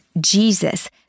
Jesus